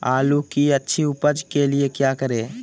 आलू की अच्छी उपज के लिए क्या करें?